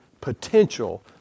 potential